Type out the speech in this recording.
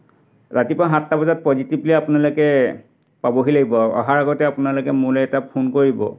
ৰাতিপুৱা সাতটা বজাত প'জিটিভলি আপোনালোকে পাবহি লাগিব আৰু অহাৰ আগতে আপোনালোকে মোলৈ এটা ফোন কৰিব